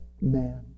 man